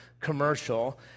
commercial